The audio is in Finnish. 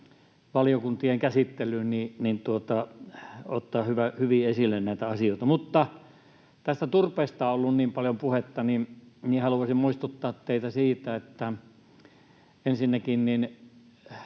valiokuntien käsittelyyn, niin on hyvä ottaa esille näitä asioita. Mutta kun tästä turpeesta ollut niin paljon puhetta, niin haluaisin muistuttaa teitä siitä, että ensinnäkin